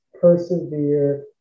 persevere